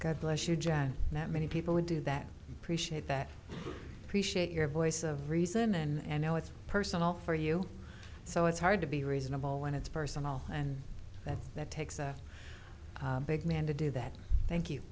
god bless you john that many people would do that that appreciate your voice of reason and know it's personal for you so it's hard to be reasonable when it's personal and that that takes a big man to do that thank you